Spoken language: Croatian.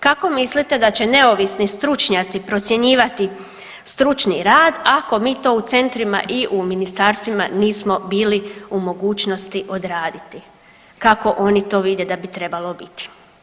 Kako mislite da će neovisni stručnjaci procjenjivati stručni rad ako mi to u centrima i u ministarstvima nismo bili u mogućnosti odraditi kako oni to vide da bi trebalo biti.